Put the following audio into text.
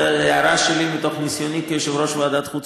זאת הערה שלי מתוך ניסיוני כיושב-ראש ועדת החוץ